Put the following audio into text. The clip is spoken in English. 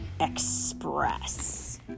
Express